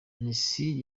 mesi